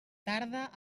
tarda